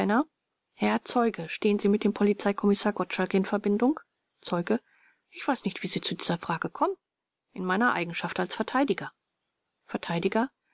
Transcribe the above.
herr zeuge stehen sie mit dem polizeikommissar gottschalk in verbindung zeuge ich weiß nicht wie sie zu dieser frage kommen vert in meiner eigenschaft als verteidiger